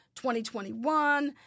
2021